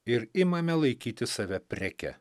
ir imame laikyti save preke